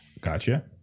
Gotcha